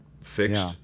fixed